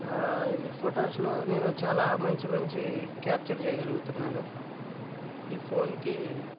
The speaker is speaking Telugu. ఫోటోస్లో నేను చాలా మంచి మంచి క్యాప్చర్ చేయగలుగుతున్నాను ఈ ఫోన్కి